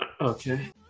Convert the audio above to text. Okay